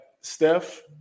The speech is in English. Steph